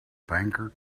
banker